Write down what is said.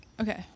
Okay